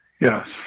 Yes